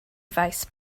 faes